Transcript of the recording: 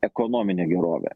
ekonominė gerovė